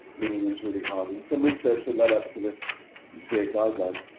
meaning was really hard. and some research that led up to this sphere guideline.